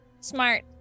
Smart